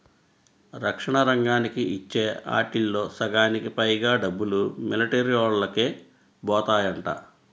రక్షణ రంగానికి ఇచ్చే ఆటిల్లో సగానికి పైగా డబ్బులు మిలిటరీవోల్లకే బోతాయంట